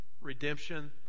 redemption